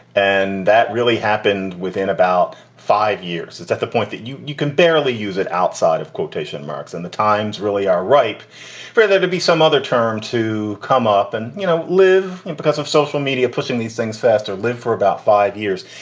and that really happened within about five years. it's at the point that you you can barely use it outside of quotation marks. and the times really are ripe for the. some other term to come up and, you know, live because of social media pushing these things faster, live for about five years.